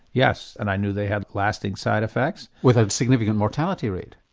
yes, and i knew they had lasting side effects. with a significant mortality rate.